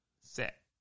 set